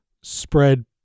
spread